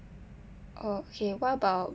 oh okay what about